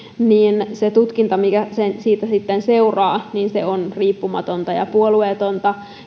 niin se tutkinta mikä siitä sitten seuraa on riippumatonta ja puolueetonta